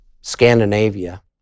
Scandinavia